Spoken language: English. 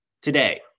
today